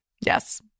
Yes